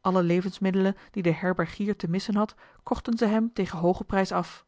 alle levensmiddelen die de herbergier te missen had kochten ze hem tegen hoogen prijs af